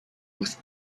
with